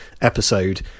episode